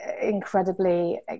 incredibly